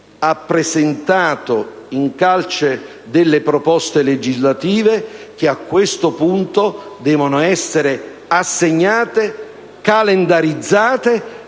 ha presentato in calce delle proposte legislative che, a questo punto, devono essere assegnate, calendarizzate